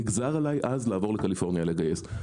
נגזר עלי אז לעבור לקליפורניה כדי לגייס כספים.